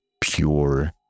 pure